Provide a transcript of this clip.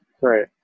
Right